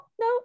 no